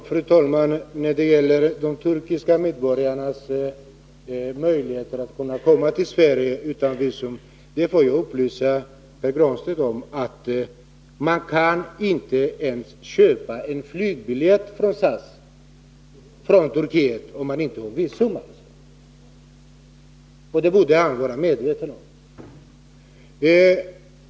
Fru talman! När det gäller de turkiska medborgarnas möjligheter att komma till Sverige utan visum får jag upplysa Pär Granstedt om att man inte ens kan köpa flygbiljett från Turkiet om man inte har visum. Det borde Pär Granstedt vara medveten om.